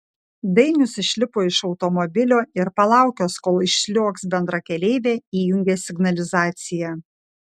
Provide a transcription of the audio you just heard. dainius išlipo iš automobilio ir palaukęs kol išsliuogs bendrakeleivė įjungė signalizaciją